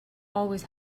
always